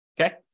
Okay